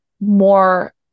more